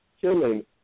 killing